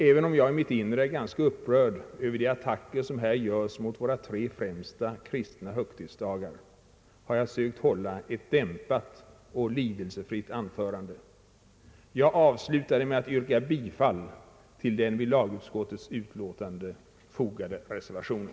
Även om jag i mitt inre är ganska upprörd över de attacker som här görs mot våra tre främsta kristna högtidsdagar, har jag sökt hålla ett dämpat och lidelsefritt anförande. Jag av slutar det med att yrka bifall till den vid lagutskottets utlåtande fogade reservationen.